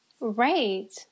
Right